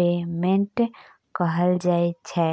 payment कहल जाइ छै